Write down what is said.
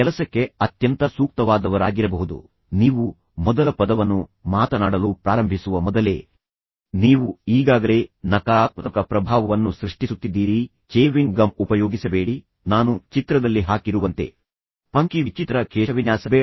ಕೆಲಸಕ್ಕೆ ಅತ್ಯಂತ ಸೂಕ್ತವಾದವರಾಗಿರಬಹುದು ನೀವು ಮೊದಲ ಪದವನ್ನು ಮಾತನಾಡಲು ಪ್ರಾರಂಭಿಸುವ ಮೊದಲೇ ನೀವು ಈಗಾಗಲೇ ನಕಾರಾತ್ಮಕ ಪ್ರಭಾವವನ್ನು ಸೃಷ್ಟಿಸುತ್ತಿದ್ದೀರಿ ಚೇವಿಂಗ್ ಗಮ್ ಉಪಯೋಗಿಸಬೇಡಿ ನಾನು ಚಿತ್ರದಲ್ಲಿ ಹಾಕಿರುವಂತೆ ಫಂಕಿ ವಿಚಿತ್ರ ಕೇಶವಿನ್ಯಾಸ ಬೇಡ